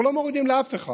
אנחנו לא מורידים לאף אחד,